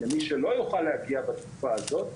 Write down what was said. למי שלא יוכל להגיע בתקופה הזאת,